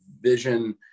vision